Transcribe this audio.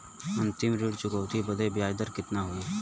अंतिम ऋण चुकौती बदे ब्याज दर कितना होई?